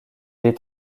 est